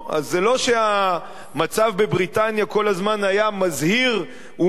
אז זה לא שהמצב בבריטניה היה כל הזמן מזהיר ומעולה,